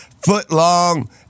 foot-long